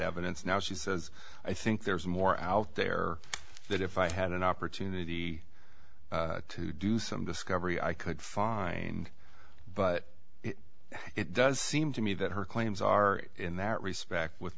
evidence now she says i think there's more out there that if i had an opportunity to do some discovery i could fine but it does seem to me that her claims are in that respect with